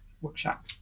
workshop